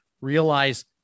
realize